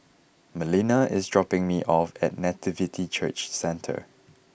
Melina is dropping me off at Nativity Church Centre